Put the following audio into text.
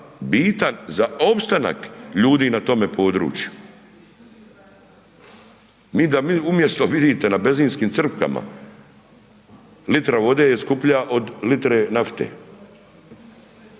bitak za opstanak ljudi na tome području. Mi da umjesto da vidite na benzinskim crpkama, litra vode je skuplja od litre nafte,